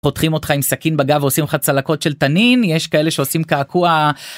פותחים אותך עם סכין בגב ועושים לך צלקות של תנין יש כאלה שעושים קעקוע.